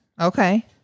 Okay